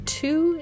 two